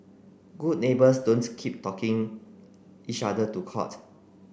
good neighbours don't keep talking each other to court